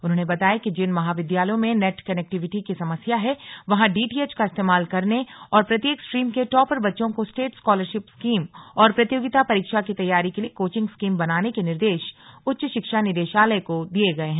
उन्होंने बताया कि जिन महाविद्यालयों में नेट कनेक्टिविटी की समस्या है वहां डीटीएच का इस्तेमाल करने और प्रत्येक स्ट्रीम के टॉपर बच्चों को स्टेट स्कॉलरशिप स्कीम और प्रतियोगिता परीक्षा की तैयारी के लिए कोचिंग स्कीम बनाने के निर्देश उच्च शिक्षा निदेशालय को दिए गए हैं